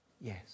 yes